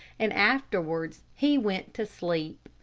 and afterward he went to sleep.